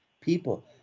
people